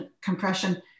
compression